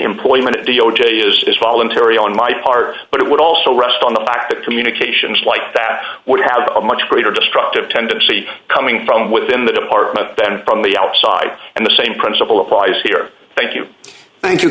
employment at d o j is voluntary on my part but it would also rest on the fact that communications like that would have a much greater destructive tendency coming from within the department then from the outside and the same principle applies here thank you thank you